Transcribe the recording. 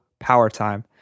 powertime